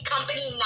Company